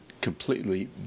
completely